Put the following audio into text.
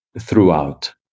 throughout